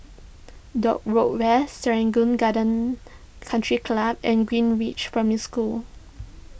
Dock Road West Serangoon Gardens Country Club and Greenridge Primary School